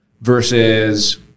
versus